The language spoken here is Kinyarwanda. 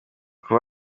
aho